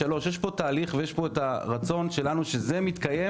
3. יש כאן תהליך ויש פה את הרצון שלנו שכאשר זה מתקיים,